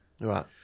right